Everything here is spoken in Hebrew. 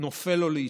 נופל לו לאיטו.